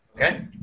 Okay